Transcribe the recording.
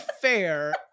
fair